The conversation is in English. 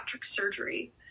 surgery